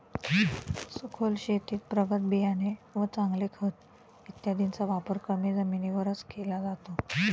सखोल शेतीत प्रगत बियाणे व चांगले खत इत्यादींचा वापर कमी जमिनीवरच केला जातो